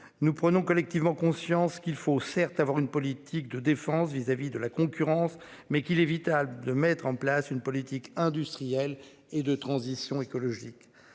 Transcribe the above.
Nous prenons collectivement conscience qu'il faut certes avoir une politique de défense vis-à-vis de la concurrence mais qu'il est vital de mettre en place une politique. Industriels et de transition écologique